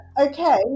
okay